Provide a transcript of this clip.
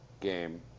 game